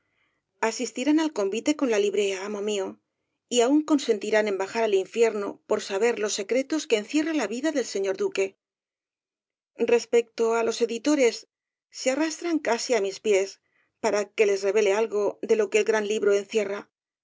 asistirán al convite con la librea amo mío y aun consentirán en bajar al infierno por saber los secretos que encierra la vida del señor duque respecto á los editores se arrastran casi á mis pies para el caballero d e las botas azules que les revele algo de lo que el gran libro encierra mas yo